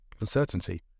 uncertainty